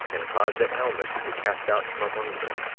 and caused that alma should be cast out from among them,